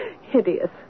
hideous